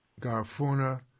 garfuna